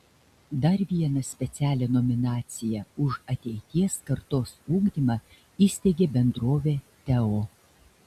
dar vieną specialią nominaciją už ateities kartos ugdymą įsteigė bendrovė teo